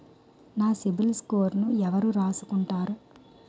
నా సిబిల్ స్కోరును ఎవరు రాసుకుంటారు